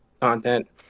content